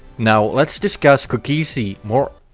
now let's discuss cookiezi, more